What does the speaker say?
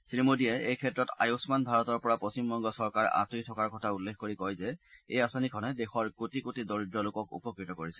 শ্ৰীমোডীয়ে এই ক্ষেত্ৰত আয়ুস্মান ভাৰতৰ পৰা পশ্চিমবংগ চৰকাৰ আঁতৰি থকাৰ কথা উল্লেখ কৰি কয় যে এই আঁচনিখনে দেশৰ কোটি কোটি দৰিদ্ৰ লোকক উপকৃত কৰিছে